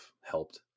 helped